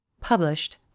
Published